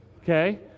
okay